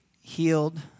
healed